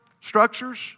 structures